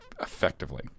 effectively